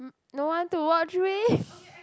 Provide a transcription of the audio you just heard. no one to watch with